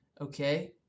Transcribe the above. Okay